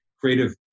creative